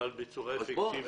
אבל בצורה אפקטיבית,